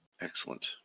Excellent